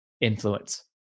influence